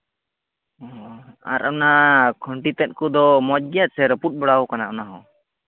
ᱚ ᱟᱨ ᱚᱱᱟ ᱠᱷᱩᱱᱴᱤ ᱛᱮᱫ ᱠᱚᱫᱚ ᱢᱚᱡᱽ ᱜᱮᱭᱟ ᱥᱮ ᱨᱟᱹᱯᱩᱫ ᱵᱟᱲᱟᱣ ᱠᱟᱱ ᱜᱮᱭᱟ ᱚᱱᱟ ᱦᱚᱸ